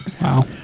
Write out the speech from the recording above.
Wow